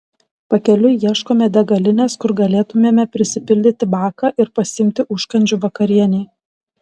pakeliui ieškome degalinės kur galėtumėme prisipildyti baką ir pasiimti užkandžių vakarienei